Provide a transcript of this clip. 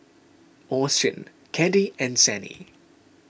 Austyn Caddie and Sannie